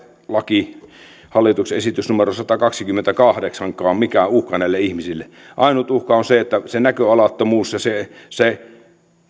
lakikaan hallituksen esitys numero satakaksikymmentäkahdeksan mikään uhka näille ihmisille ainut uhka on se näköalattomuus ja se